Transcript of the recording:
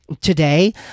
today